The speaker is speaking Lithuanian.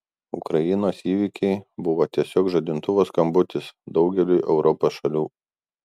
ukrainos įvykiai buvo tiesiog žadintuvo skambutis daugeliui europos šalių